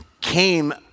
came